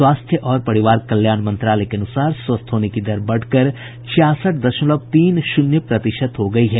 स्वास्थ्य और परिवार कल्याण मंत्रालय के अनुसार स्वस्थ होने की दर बढकर छियासठ दशमलव तीन शून्य प्रतिशत हो गयी है